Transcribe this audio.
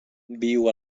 viu